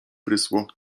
prysło